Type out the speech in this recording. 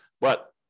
But-